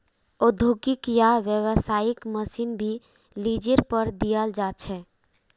औद्योगिक या व्यावसायिक मशीन भी लीजेर पर दियाल जा छे